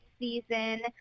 season